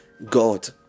God